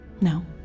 No